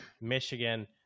Michigan